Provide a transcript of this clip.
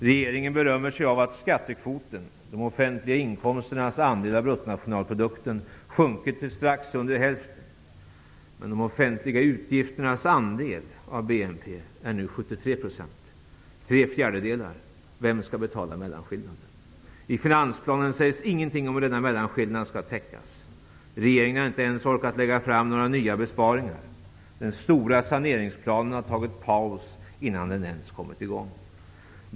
Regeringen berömmer sig av att skattekvoten -- de offentliga inkomsternas andel av bruttonationalprodukten -- sjunkit till strax under hälften. Men de offentliga utgifternas andel av BNP är nu 73 %-- tre fjärdedelar. Vem skall betala mellanskillnaden? I finansplanen sägs ingenting om hur denna mellanskillnad skall täckas. Regeringen har inte ens orkat lägga fram förslag till några nya besparingar. Den stora saneringsplanen har tagit paus innan den ens kommit i gång.